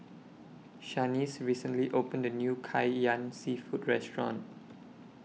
Shanice recently opened A New Kai Ian Seafood Restaurant